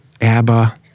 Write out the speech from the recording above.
ABBA